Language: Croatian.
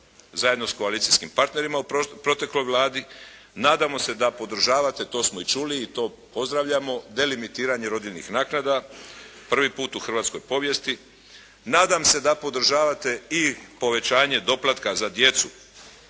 zajedno sa koalicijskim partnerima u protekloj Vladi. Nadamo se da podržavate i to smo i čuli i to pozdravljamo, delimitiranje rodiljnih naknada prvi put u hrvatskoj povijesti. Nadam se da podržavate i povećanje doplatka za djecu